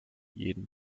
jeden